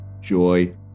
Joy